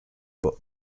but